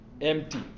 empty